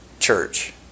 Church